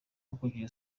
hakurikijwe